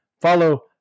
follow